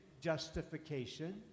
justification